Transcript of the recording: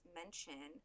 mention